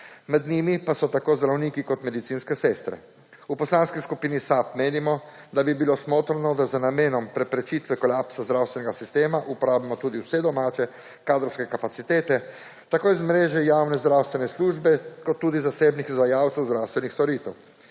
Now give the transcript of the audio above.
med njimi pa so tako zdravniki kot medicinske sestre. V Poslanski skupini SAB menimo, da bi bilo smotrno, da z namenom preprečitve kolapsa zdravstvenega sistema uporabimo tudi vse domače kadrovske kapacitete tako iz mreže javne zdravstvene službe kot tudi zasebnih izvajalcev zdravstvenih storitev.